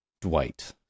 Dwight